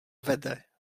vede